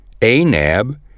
Anab